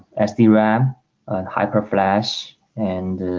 sdram hyper flash and